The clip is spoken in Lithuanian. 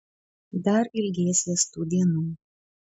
dar ilgėsies tų dienų